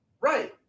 Right